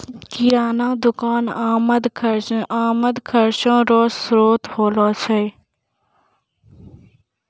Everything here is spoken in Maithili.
किराना दुकान आमद खर्चा रो श्रोत होलै